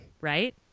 right